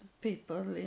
people